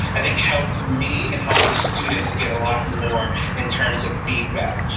i think helped me and helped the students get a lot more in terms of feedback.